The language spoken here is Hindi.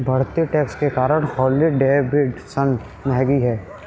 बढ़ते टैक्स के कारण हार्ले डेविडसन महंगी हैं